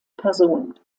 person